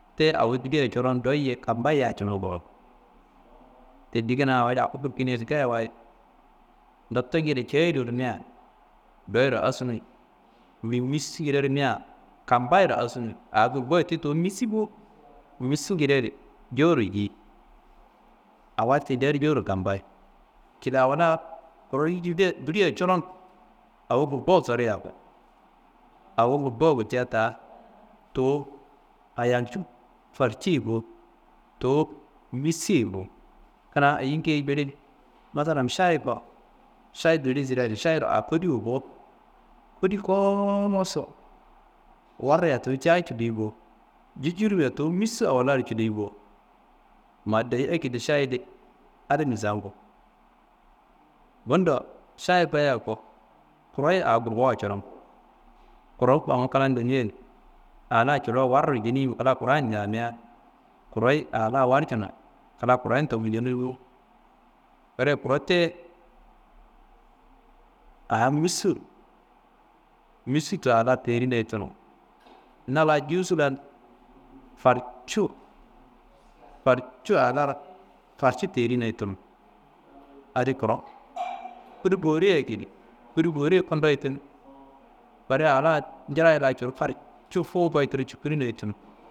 Tiye awo diliya coron awo doyi ye kampayiye coron koro, tendi kuna awo yakku gulkinadi wa ngayiwayi ndottongi cayi do rimea doyiro asuni mimissungida rimia kampayiro asuni a gurgoyi ti tuwu missi bo. Missungidadi jowuro diye awadi tendi adi jowuro kampayi kile awo la «hesitation » awo gurgowu soriak, awo gurgowu gulca ta tuwu ayiyalcu farciyi ye bo, to missi ye bo. Kena ayingiye jili masalam šayi ko, šayi dilin sida adi šayiro a kodiwo bo. Kodi koosu wariya tuwu ca cili bo, jijiria tuwu missu awo laro cili bo, ma deyi akedo šayi di adi nisamngu. Bundo šayi koyiya ko, kuroye a gurgowa coron, kuro bamu klan leniya adi a la culu waru jenimu kla kuroyan ñandea, kuroyi a la warcuno kla kuroyen tuwu jeni bo. Kureyi kuro tiye a missu missu ta a la terinaye tunu, na la jusu lan farcu farcu a laro farcu terinaye tunu adi kuro. Kudi boriye akedi, kudi boriye kun doyi tenu kureyi a la ñirayi la curu farcu fuwu goyi cukirinaye tunu